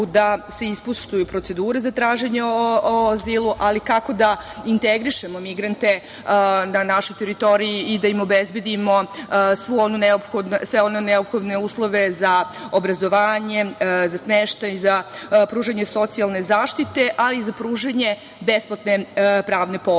da se ispoštuju procedure za traženje o azilu, ali kako da integrišemo migrante na našoj teritoriji i da im obezbedimo sve one neophodne uslove za obrazovanje, za smeštaj, za pružanje socijalne zaštite, a i za pružanje besplatne pravne pomoći. Sve